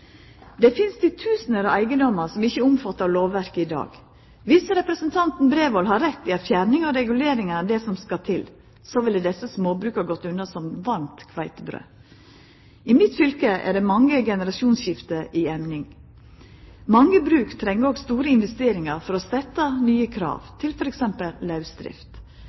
Det finst titusenvis av eigedommar som ikkje er omfatta av lovverket i dag. Viss representanten Bredvold har rett i at fjerning av reguleringane er det som skal til, så ville desse småbruka ha gått unna som varmt kveitebrød. I mitt fylke er det mange generasjonsskifte i emning. Mange bruk treng òg store investeringar for å stetta nye krav til f.eks. lausdrift.